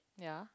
ya